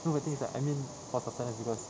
no the thing is that I mean for sustenance because